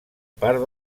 part